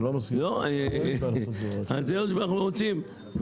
זה מה שאנחנו רוצים,